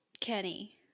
Kenny